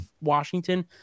washington